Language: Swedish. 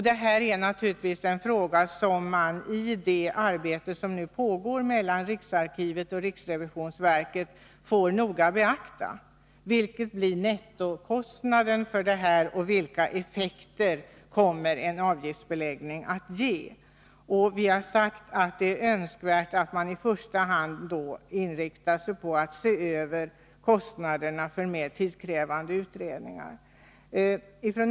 Det här är naturligtvis en fråga som man i det arbete som nu pågår mellan riksarkivet och riksrevisionsverket noga får beakta. Vad blir nettokostnaden och vilka effekter kommer en avgiftsbeläggning att ge? Vi har sagt att det är önskvärt att man i första hand inriktar sig på att se över kostnaderna för mer tidskrävande utredningar.